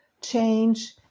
change